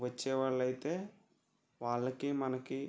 వచ్చేవాళ్ళు అయితే వాళ్ళకి మనకి